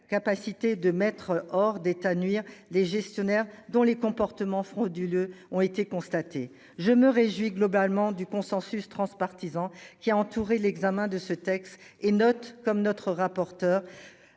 capacité de mettre hors d'état de nuire des gestionnaires dont les comportements frauduleux ont été constatés. Je me réjouis globalement du consensus transpartisan qui a entouré l'examen de ce texte et notre comme notre rapporteur